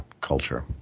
culture